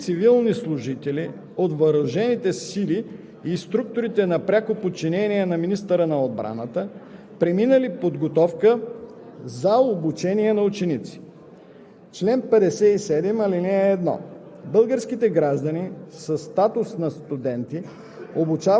часове. (4) Обучението по ал. 2 и 3 се извършва от военнослужещи или цивилни служители от въоръжените сили и структурите на пряко подчинение на министъра на отбраната, преминали подготовка